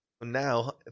now